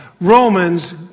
Romans